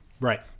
right